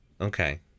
Okay